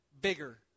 bigger